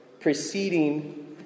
preceding